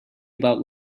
about